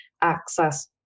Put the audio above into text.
access